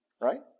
Right